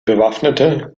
bewaffnete